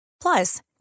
plus